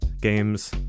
games